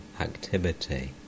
activity